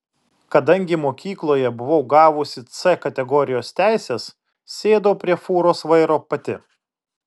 kadangi mokykloje buvau gavusi c kategorijos teises sėdau prie fūros vairo pati